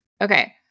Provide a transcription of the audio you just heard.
Okay